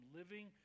living